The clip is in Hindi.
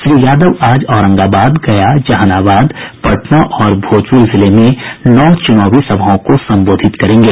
श्री यादव आज औरंगाबाद गया जहानाबाद पटना और भोजपुर जिले में नौ चुनावी सभाओं को संबोधित करेंगे